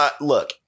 Look